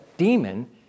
demon